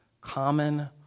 common